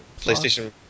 PlayStation